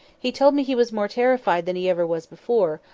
he told me he was more terrified than he ever was before,